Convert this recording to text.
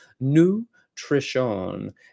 nutrition